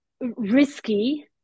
risky